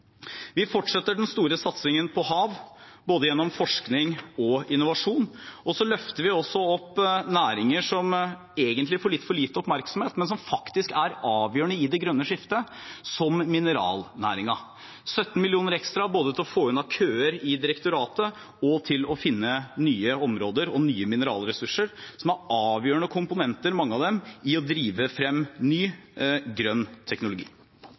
Vi fortsetter den store satsingen på hav, gjennom både forskning og innovasjon. Og vi løfter opp næringer som egentlig får litt for lite oppmerksomhet, men som faktisk er avgjørende i det grønne skiftet, som mineralnæringen. Den får 17 mill. kr ekstra, både til å få unna køer i direktoratet og til å finne nye områder og nye mineralressurser, som – mange av dem – er avgjørende komponenter i å drive frem ny, grønn teknologi.